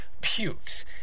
pukes